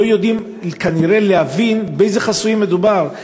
לא יודעים כנראה להבין באיזה חסויים מדובר,